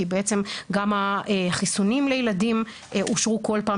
כי גם החיסונים לילדים אושרו כל פעם